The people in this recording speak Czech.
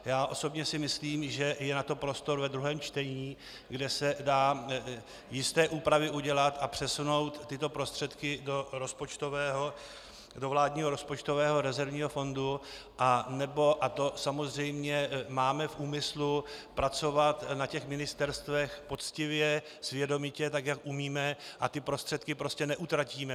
Já osobně si myslím, že je na to prostor ve druhém čtení, kde se dají jisté úpravy udělat a přesunout tyto prostředky do vládního rozpočtového rezervního fondu, anebo a to samozřejmě máme v úmyslu pracovat na těch ministerstvech poctivě, svědomitě, tak jak umíme, a ty prostředky prostě neutratíme.